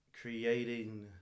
creating